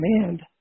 command